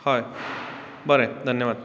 बरें धन्यवाद